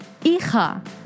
hija